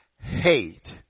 hate